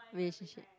relationship